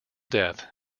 death